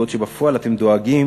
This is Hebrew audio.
בעוד שבפועל אתם דואגים